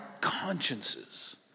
consciences